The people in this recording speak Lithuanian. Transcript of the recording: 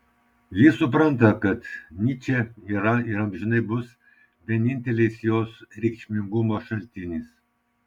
ji supranta kad nyčė yra ir amžinai bus vienintelis jos reikšmingumo šaltinis